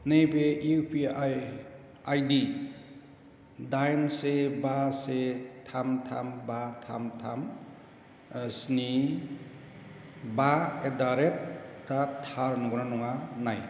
नैबे इउपिआइ आइदि दाइन से बा से थाम थाम बा थाम थाम स्नि बा एडारेटआ थार नंगौ ना नङा नाय